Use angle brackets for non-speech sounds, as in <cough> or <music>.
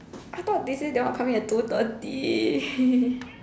I thought they say they all come in at two thirty <laughs>